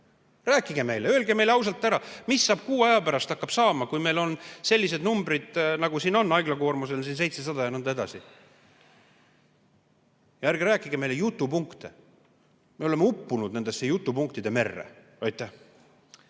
Rääkige meile, öelge meile ausalt ära, mis saab kuu aja pärast, mis hakkab saama, kui meil on sellised numbrid, nagu siin on, et haiglakoormus on 700 ja nõnda edasi. Ärge rääkige meile jutupunkte. Me oleme uppunud nende jutupunktide merre. Suur